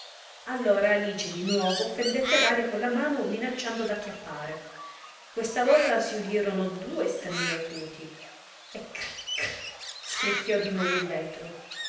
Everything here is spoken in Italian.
allora alice di nuovo fendette l'aria con la mano minacciando d'acchiappare questa volta si udirono due strilli acuti e cri cri scricchiò di nuovo il vetro